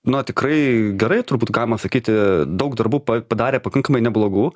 na tikrai gerai turbūt galima sakyti daug darbų padarė pakankamai neblogų